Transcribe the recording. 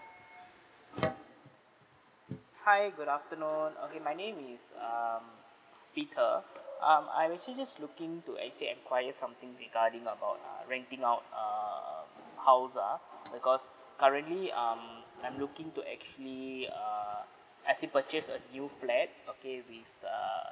hi good afternoon okay my name is um peter um I'm actually just looking to actually enquiry something regarding about uh renting out um house ah because currently um I'm looking to actually err as in purchase a new flat okay with err